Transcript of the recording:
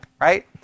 right